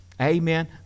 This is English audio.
Amen